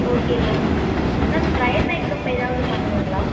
okay ma'am ma'am trial makeup எதாவது பண்ணணுங்களா